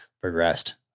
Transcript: progressed